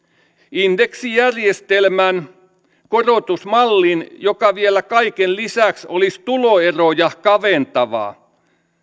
indeksijärjestelmän korotusmallin joka vielä kaiken lisäksi olisi tuloeroja kaventava